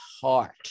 heart